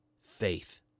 faith